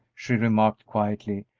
she remarked, quietly,